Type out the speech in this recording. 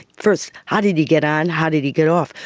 first, how did you get on, how did he get off?